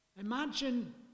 Imagine